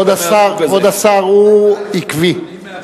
כבוד השר, הוא עקבי.